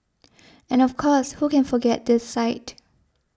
and of course who can forget this sight